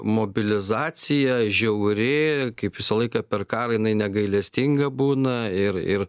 mobilizacija žiauri kaip visą laiką per karą jinai negailestinga būna ir ir